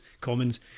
Commons